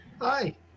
hi